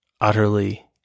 utterly